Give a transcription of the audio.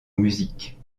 musique